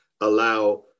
allow